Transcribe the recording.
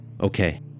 Okay